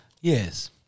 Yes